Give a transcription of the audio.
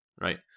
right